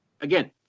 Again